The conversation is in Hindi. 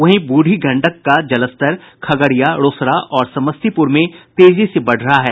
वहीं ब्रढी गंडक का जलस्तर खगड़िया रोसड़ा और समस्तीपुर में तेजी से बढ़ रहा है